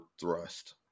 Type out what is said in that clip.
thrust